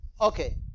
Okay